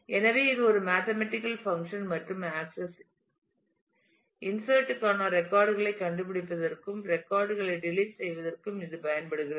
எனவே இது ஒரு மேத்தமேட்டிக்கல் பங்க்ஷன் மற்றும் ஆக்சஸ் இன்சர்ட் க்கான ரெக்கார்ட் களைக் கண்டுபிடிப்பதற்கும் ரெக்கார்ட் களை டெலிட் வதற்கும் இது பயன்படுகிறது